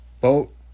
Boat